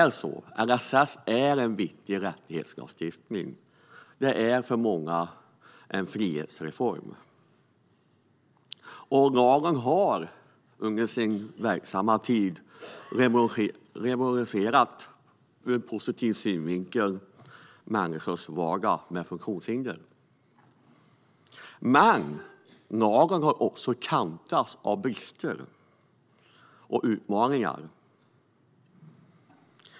LSS är en viktig rättighetslagstiftning. Den innebär en frihetsreform för många. Lagen har revolutionerat vardagen, i positiv bemärkelse, för människor med funktionshinder. Men tillämpningen av lagen har också kantats av brister och utmaningar.